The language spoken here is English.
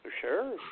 sure